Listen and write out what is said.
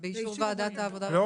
כתוב "באישור ועדת העבודה והרווחה".